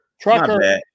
Trucker